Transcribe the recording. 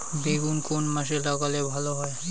বেগুন কোন মাসে লাগালে ভালো হয়?